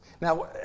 Now